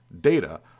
data